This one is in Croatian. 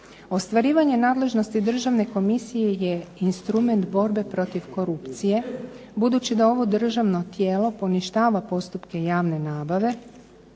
Ostvarivanje nadležnosti državne komisije je instrument borbe protiv korupcije, budući da ovo državno tijelo poništava postupke javne nabave,